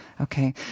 Okay